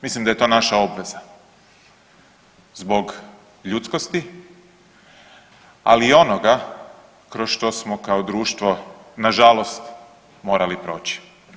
Mislim da je to naša obveza, zbog ljudskosti ali i onoga kroz što kao društvo na žalost morali proći.